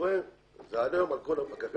שלנו.